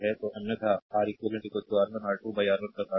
तो अन्यथा R eq R1 R2 R1 R2